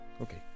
okay